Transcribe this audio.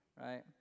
Right